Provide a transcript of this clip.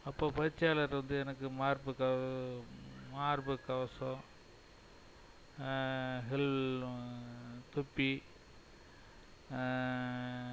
அப்போ பயிற்சியாளர் வந்து எனக்கு மார்புக்கவ மார்புக்கவசம் ஹெல் தொப்பி